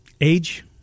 Age